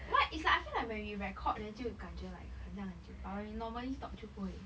what is like I feel like when we record then 就感觉 like 很像很久 but when we normally talk 就不会